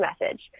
message